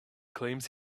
claims